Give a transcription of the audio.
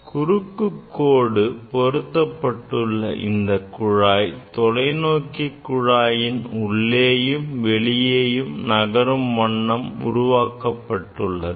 குறுக்கு கோடு பொருத்தப்பட்டுள்ள இந்தக் குழாய் தொலைநோக்கி குழாயின் உள்ளேயும் வெளியேயும் நகரும் வண்ணம் அமைக்கப்பட்டுள்ளது